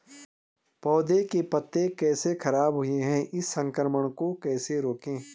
पौधों के पत्ते कैसे खराब हुए हैं इस संक्रमण को कैसे रोकें?